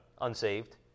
Unsaved